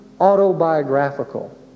autobiographical